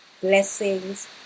Blessings